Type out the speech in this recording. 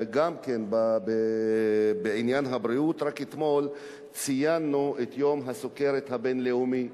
גם בעניין הבריאות רק אתמול ציינו את יום הסוכרת הבין-לאומי,